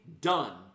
done